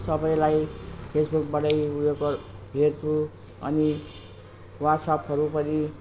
सबैलाई फेसबुकबाटै उयो गरेर हेर्छु अनि वाट्सएपहरू पनि